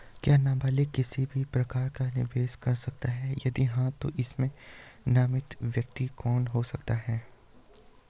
क्या नबालिग किसी भी प्रकार का निवेश कर सकते हैं यदि हाँ तो इसमें नामित व्यक्ति कौन हो सकता हैं?